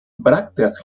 brácteas